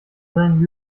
seinen